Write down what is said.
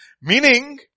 Meaning